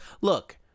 Look